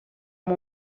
amb